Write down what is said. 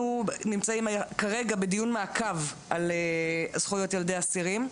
אנחנו נמצאים כרגע בדיון מעקב על זכויות ילדי אסירים.